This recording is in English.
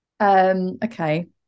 Okay